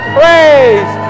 praise